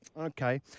Okay